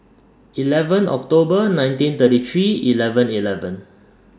eleven October nineteen thirty three eleven eleven